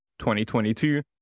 2022